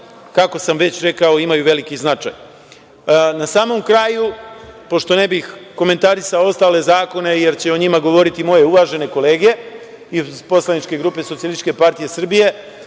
kako sam već rekao, imaju veliki značaj. Na samom kraju, pošto ne bih komentarisao ostale zakone, jer će o njima govoriti moje uvažene kolege iz poslaničke grupe SPS, smatram da ovaj